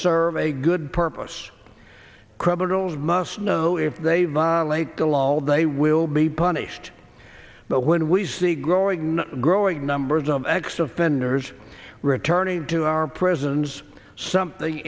serve a good purpose criminals must know if they violate the law they will be punished but when we see growing growing numbers of acts of penders returning to our prisons something